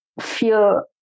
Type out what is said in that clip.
feel